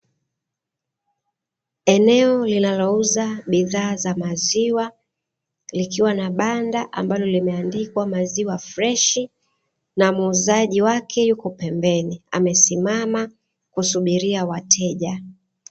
Eneo linalouza bidhaa za maziwa likiwa na banda ambalo limeandikwa "MAZIWA FRESHI" na muuzaji wake yuko pembeni amesimama kusubiria wateja.